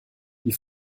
die